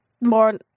More